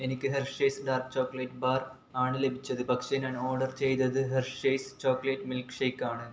എനിക്ക് Hershey's dark chocolate bar ആണ് ലഭിച്ചത് പക്ഷേ ഞാൻ ഓഡർ ചെയ്തത് ഹെർഷെയ്സ് ചോക്ലേറ്റ് മിൽക്ക് ഷേക്ക് ആണ്